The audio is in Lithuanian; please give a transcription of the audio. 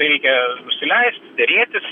reikia nusileist derėtis